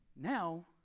now